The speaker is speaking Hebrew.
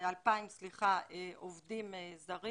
עובדים זרים.